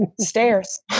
Stairs